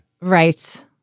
right